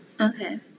Okay